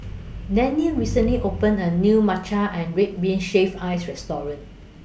Danniel recently opened A New Matcha Red Bean Shaved Ice Restaurant